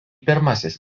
pirmasis